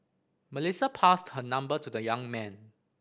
Melissa passed her number to the young man